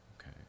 okay